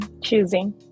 Choosing